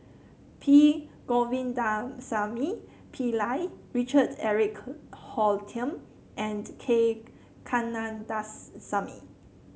P Govindasamy Pillai Richard Eric Holttum and K Kandasamy